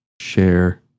share